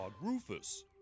Rufus